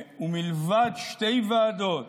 מלבד שתי ועדות,